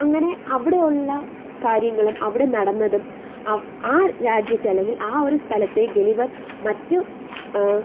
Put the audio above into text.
അങ്ങനെ അവിടെ ഉള്ള കാര്യങ്ങളും അവിടെ നടന്നതും ആ രാജ്യത്തെ അല്ലെങ്കിൽ ആ ഒരു സ്തലത്തെ ഗളിവർ മറ്റ്